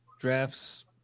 drafts